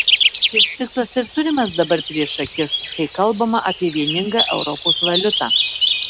šis tikslas ir turimas dabar prieš akis kai kalbama apie vieningą europos valiutą